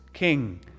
King